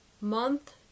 Month